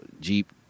Jeep